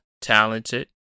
talented